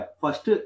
first